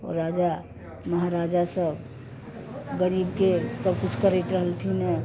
ओ राजा महाराजा सब गरीब के सब कुछ करैत रहलथिन हँ